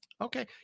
Okay